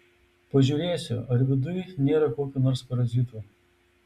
pažiūrėsiu ar viduj nėra kokių nors parazitų